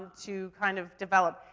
to kind of develop.